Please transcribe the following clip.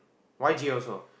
Y_J also